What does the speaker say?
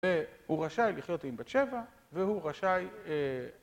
והוא רשאי לחיות עם בת שבע, והוא רשאי אה...